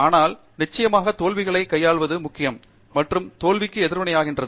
ஆனால் நிச்சயமாக தோல்விகளை கையாள்வது முக்கியம் மற்றும் தோல்விக்கு எதிர்வினையாற்றுகிறது